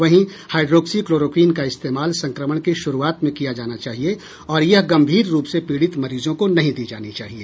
वहीं hydroxychloroquine का इस्तेमाल संक्रमण की शुरूआत में किया जाना चाहिए और यह गंभीर रूप से पीडित मरीजों को नहीं दी जानी चाहिए